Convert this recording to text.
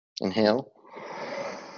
inhale